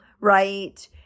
right